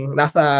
nasa